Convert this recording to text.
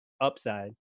upside